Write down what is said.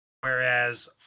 whereas